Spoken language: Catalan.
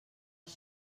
els